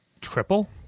Triple